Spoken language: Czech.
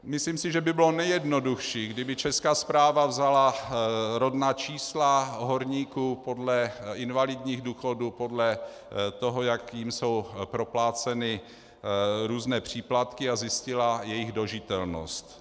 Myslím si, že by bylo nejjednodušší, kdyby Česká správa vzala rodná čísla horníků podle invalidních důchodů, podle toho, jak jim jsou propláceny různé příplatky, a zjistila jejich dožitelnost.